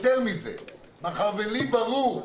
יותר מזה, מאחר ולי ברור,